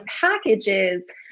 packages